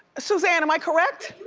suzanne, am i correct?